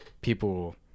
people